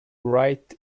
wright